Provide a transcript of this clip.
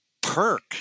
perk